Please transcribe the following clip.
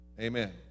Amen